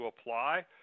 apply